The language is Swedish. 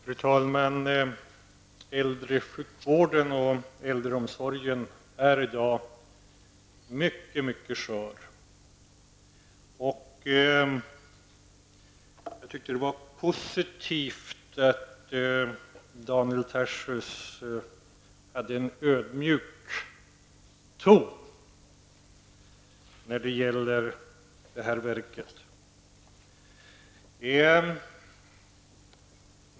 Fru talman! Äldresjukvården och äldreomsorgen är i dag mycket skör. Jag tyckte att det var positivt att Daniel Tarschys hade en ödmjuk ton när det gäller det här verket.